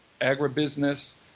agribusiness